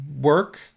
work